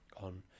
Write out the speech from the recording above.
on